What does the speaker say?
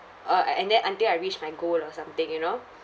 uh a~ and then until I reach my goal or something you know